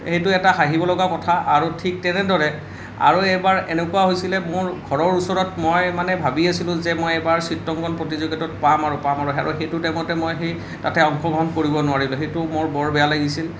সেইটো এটা হাঁহিব লগা কথা আৰু ঠিক তেনেদৰে আৰু এবাৰ এনেকুৱা হৈছিলে মোৰ ঘৰৰ ওচৰত মই মানে ভাবি আছিলোঁ যে মই এইবাৰ চিত্ৰাঙ্কন প্ৰতিযোগিতাত পাম আৰু পাম আৰু সেইটো টাইমতে মই সেই তাতে অংশগ্ৰহণ কৰিব নোৱাৰিলোঁ সেইটো মোৰ বৰ বেয়া লাগিছিল